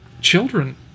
children